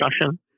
discussion